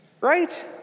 Right